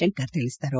ಶಂಕರ್ ತಿಳಿಸಿದರು